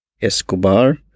Escobar